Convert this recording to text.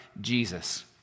Jesus